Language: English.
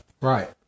Right